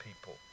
people